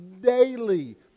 daily